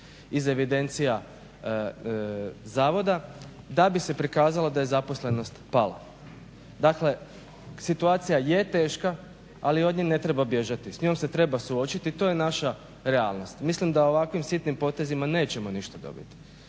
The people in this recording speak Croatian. iz evidencija zavoda, da bi se prikazalo da je zaposlenost pala. Dakle situacija je teška, ali od nje ne treba bježati, s njom se treba suočiti, to je naša realnost. Mislim da ovakvim sitnim potezima nećemo ništa dobiti.